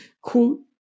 Quote